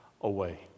away